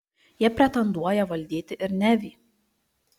jie pretenduoja valdyti ir nevį